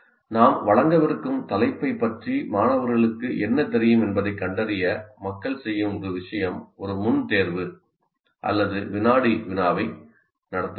நாம் வழங்கவிருக்கும் தலைப்பைப் பற்றி மாணவர்களுக்கு என்ன தெரியும் என்பதைக் கண்டறிய மக்கள் செய்யும் ஒரு விஷயம் ஒரு முன்தேர்வு அல்லது வினாடி வினாவை நடத்துவதாகும்